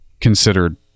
considered